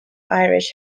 irish